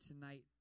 tonight